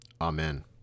Amen